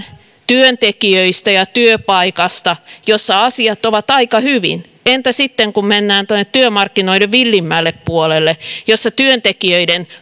työntekijöistä ja työpaikasta joiden kohdalla asiat ovat aika hyvin entä sitten kun mennään tuonne työmarkkinoiden villimmälle puolelle jossa työntekijöiden